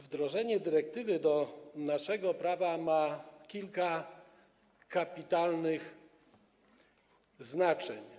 Wdrożenie dyrektywy do naszego prawa ma kilka kapitalnych znaczeń.